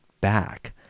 back